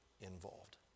involved